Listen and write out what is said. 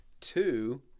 two